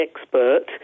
expert